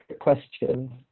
question